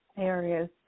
areas